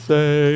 Say